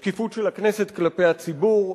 שקיפות של הכנסת כלפי הציבור.